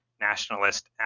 nationalist